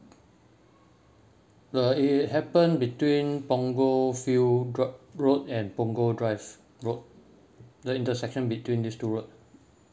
uh it happen between punggol view r~ road and punggol drive road the intersection between these two road